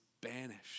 banished